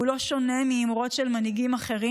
זה לא שונה מאמרות של מנהיגים אחרים